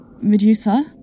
Medusa